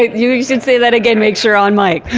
you you should say that again. make sure on mic.